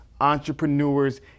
entrepreneurs